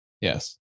yes